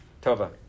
Toba